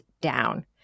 down